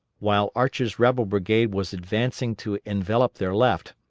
while archer's rebel brigade was advancing to envelop their left,